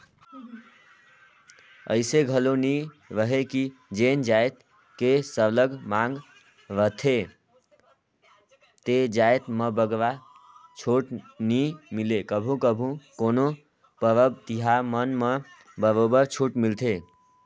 अइसे घलो नी रहें कि जेन जाएत के सरलग मांग रहथे ते जाएत में बगरा छूट नी मिले कभू कभू कोनो परब तिहार मन म बरोबर छूट मिलथे